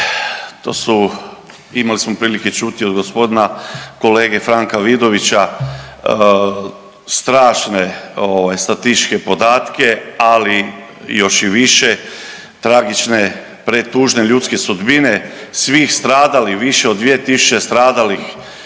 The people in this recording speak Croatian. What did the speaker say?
to su imali smo prilike čuti od gospodina kolege Franka Vidovića strašne statističke podatke, ali još i više tragične pretužne ljudske sudbine svih stradalih, više od 2.000 stradalih